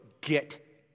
get